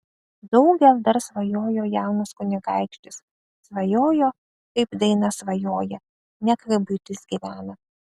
daugel dar svajojo jaunas kunigaikštis svajojo kaip daina svajoja ne kaip buitis gyvena